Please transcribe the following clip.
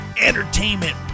entertainment